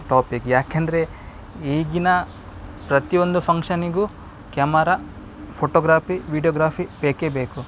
topic ಯಾಕೆಂದರೆ ಈಗಿನ ಪ್ರತಿಯೊಂದು ಫಂಕ್ಷನ್ನಿಗು ಕ್ಯಮರಾ ಫೋಟೋಗ್ರಾಫಿ ವೀಡಿಯೋಗ್ರಾಫಿ ಬೇಕೇ ಬೇಕು